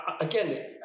again